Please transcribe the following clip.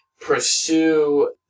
pursue